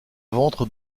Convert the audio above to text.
ventre